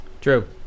True